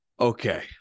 Okay